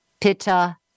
Pitta